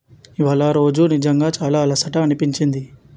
ఇవాళ రోజూ నిజంగా చాలా అలసట అనిపంచింది